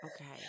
Okay